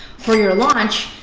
for your launch,